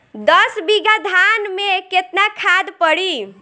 दस बिघा धान मे केतना खाद परी?